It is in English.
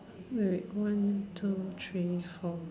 wait wait one two three four